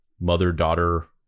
mother-daughter